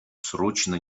срочно